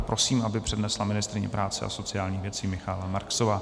Prosím, aby návrh přednesla ministryně práce a sociálních věcí Michaela Marksová.